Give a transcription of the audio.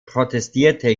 protestierte